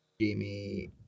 Jamie